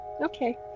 Okay